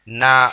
na